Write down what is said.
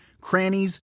crannies